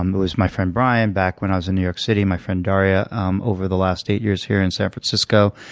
um was my friend brian back when i was in new york city, my friend darya um over the last eight years here in san francisco.